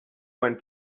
went